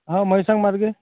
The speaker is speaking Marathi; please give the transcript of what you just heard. हां म्हैसांगमार्गे